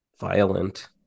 Violent